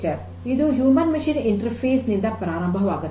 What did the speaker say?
ಇದು human machine interface ನಿಂದ ಪ್ರಾರಂಭವಾಗುತ್ತದೆ